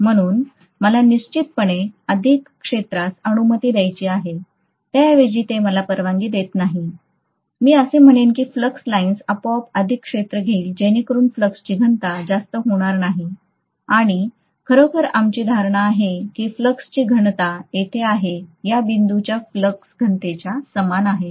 म्हणून मला निश्चितपणे अधिक क्षेत्रास अनुमती द्यायची आहे त्याऐवजी ते मला परवानगी देत नाही मी असे म्हणेन की फ्लक्स लाइन्स आपोआप अधिक क्षेत्र घेईल जेणेकरून फ्लक्सची घनता जास्त होणार नाही आणि खरोखरच आमची धारणा आहे की फ्लक्सची घनता येथे आहे या बिंदूच्या फ्लक्स घनतेच्या समान आहे